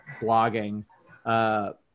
blogging